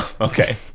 okay